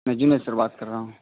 جی میں سر بات کر رہا ہوں